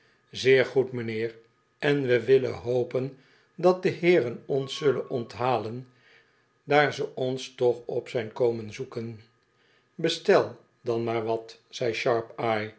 zeer goed m'nheer en we willen hopen dat de heeren ons zullen onthalen daar ze ons toch op zijn komen zoeken bestel dan maar wat zei